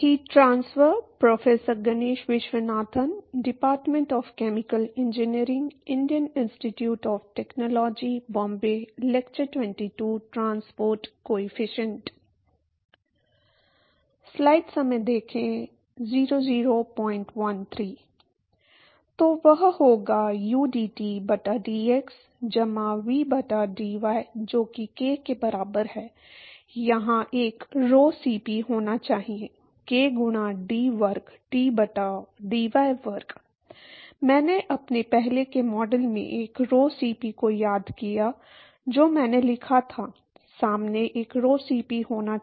तो वह होगा udT बटा dx जमा v बटा dy जो कि k के बराबर है यहां एक rho Cp होना चाहिए k गुणा d वर्ग T बटा dy वर्ग मैंने अपने पहले के मॉडल में एक rho Cp को याद किया जो मैंने लिखा था सामने एक rho Cp होना चाहिए